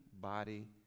body